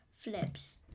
flips